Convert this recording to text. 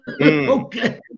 Okay